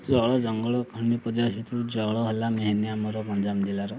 ଜଳ ଜଙ୍ଗଳ ଖଣିଜ ପଦାର୍ଥ ଭିତରୁ ଜଳ ହେଲା ମେଇନ୍ ଆମର ଗଞ୍ଜାମ ଜିଲ୍ଲାର